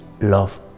love